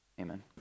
Amen